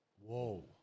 Whoa